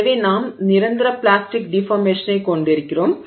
எனவே நாம் நிரந்தர பிளாஸ்டிக் டிஃபார்மேஷனைக் கொண்டிருக்கிறோம்